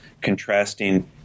contrasting